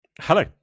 Hello